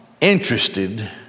interested